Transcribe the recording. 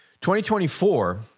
2024